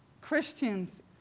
Christians